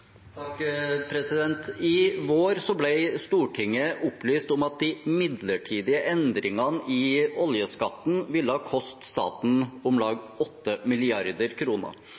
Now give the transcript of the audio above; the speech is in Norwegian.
I vår ble Stortinget opplyst om at de midlertidige endringene i oljeskatten ville koste staten om lag